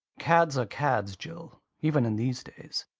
cads are cads, jill, even in these days.